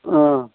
ओ